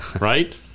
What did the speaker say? right